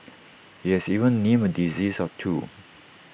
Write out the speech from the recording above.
he has even named A disease or two